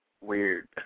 weird